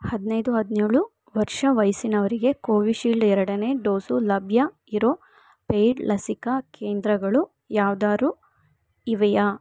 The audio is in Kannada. ಹದಿನೈದು ಹದಿನೇಳು ವರ್ಷ ವಯಸ್ಸಿನವರಿಗೆ ಕೋವಿಶೀಲ್ಡ್ ಎರಡನೇ ಡೋಸು ಲಭ್ಯ ಇರೋ ಪೇಯ್ಡ್ ಲಸಿಕಾ ಕೇಂದ್ರಗಳು ಯಾವ್ದಾದ್ರೂ ಇವೆಯಾ